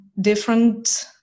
different